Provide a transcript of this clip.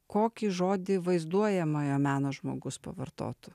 kokį žodį vaizduojamojo meno žmogus pavartotų